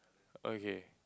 okay